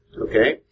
Okay